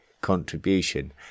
contribution